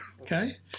Okay